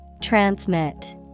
Transmit